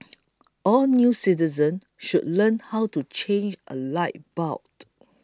all new citizens should learn how to change a light bulb